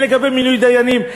הן לגבי מינוי דיינים.